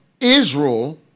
Israel